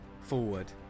forward